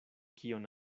kion